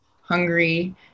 hungry